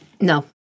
No